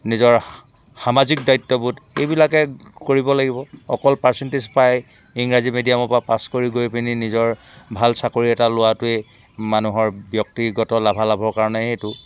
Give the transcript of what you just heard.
নিজৰ সামাজিক দায়িত্ববোধ এইবিলাকে কৰিব লাগিব অকল পাৰ্চেণ্টেজ পাই ইংৰাজী মিডিয়ামৰ পা পাছ কৰি গৈপেনি নিজৰ ভাল চাকৰি এটা লোৱাটোৱে মানুহৰ ব্যক্তিগত লাভালাভৰ কাৰণেহে এইটো